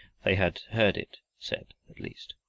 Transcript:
they had heard it said at least.